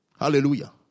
Hallelujah